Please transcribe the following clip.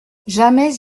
jamais